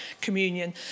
communion